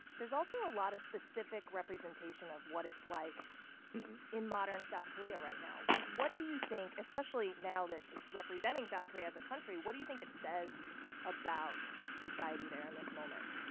there's also a lot of specific representation of what it's like in modern south korea right now. what do you think, especially now that it's representing south korea as a country, what do you think it says about society there in this moment?